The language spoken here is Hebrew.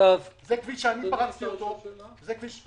בחסות התב"ע, למרות שהתב"ע עדיין לא אושרה.